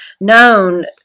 known